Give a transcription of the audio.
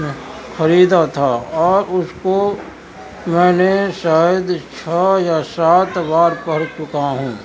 خریدا تھا اور اس کو میں نے شاید چھ یا سات بار پڑھ چکا ہوں